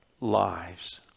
lives